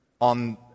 on